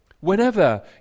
whenever